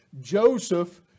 Joseph